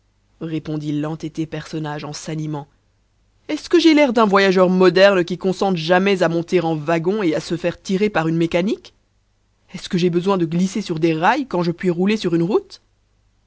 répondit l'entêté personnage en s'animant est-ce que j'ai l'air d'un voyageur moderne qui consente jamais à monter en wagon et à se faire tirer par une mécanique est-ce que j'ai besoin de glisser sur des rails quand je puis rouler sur une route